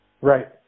Right